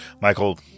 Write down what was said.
Michael